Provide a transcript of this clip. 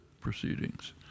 proceedings